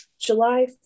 july